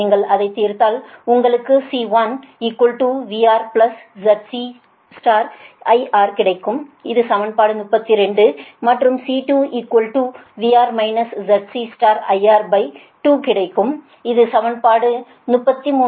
நீங்கள் அதைத் தீர்த்தாள் உங்களுக்கு C1VRZCIR2 கிடைக்கும்இது சமன்பாடு 32 மற்றும் C2VR ZCIR2 கிடைக்கும் இது சமன்பாடு 33